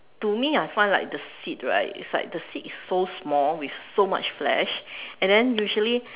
to me I find like the seed right is like the seed is so small with so much flesh and then usually